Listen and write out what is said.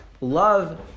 love